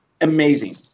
amazing